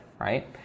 right